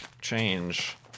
change